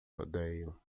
rodeio